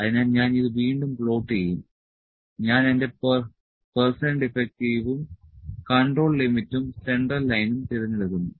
അതിനാൽ ഞാൻ ഇത് വീണ്ടും പ്ലോട്ട് ചെയ്യും ഞാൻ എന്റെ പെർസെന്റ് ഡിഫെക്ടിവും കൺട്രോൾ ലിമിറ്റും സെൻട്രൽ ലൈനും തിരഞ്ഞെടുക്കുന്നു